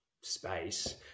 space